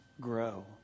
grow